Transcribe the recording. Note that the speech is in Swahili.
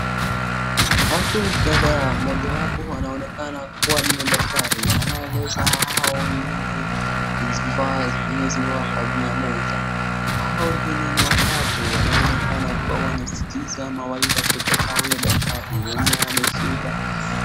Watu kadhaa mmoja wapo anaonekana kuwa ni daktari anaeleza hao wengine jinsi vifaa zenye zimewekwa juu ya meza. Hao wengine ni watatu wanaonekana kuwa wanaskiza mawaidha kutoka huyo dakatari mwenye ameshika.